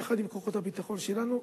יחד עם כוחות הביטחון שלנו,